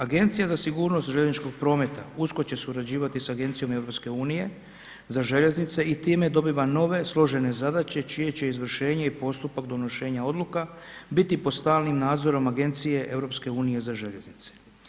Agencija za sigurnost željezničkog prometa usko će surađivati sa Agencijom EU za željeznice i time dobiva nove složene zadaće čije će izvršenje i postupak donošenja odluka biti pod stalnim nadzorom Agencije EU za željeznice.